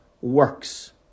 works